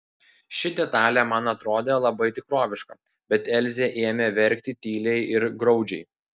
ši detalė man atrodė labai tikroviška bet elzė ėmė verkti tyliai ir graudžiai